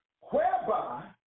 whereby